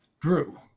Drew